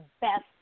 best